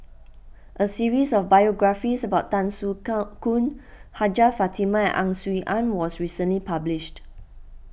a series of biographies about Tan Soo Khoon Hajjah Fatimah and Ang Swee Aun was recently published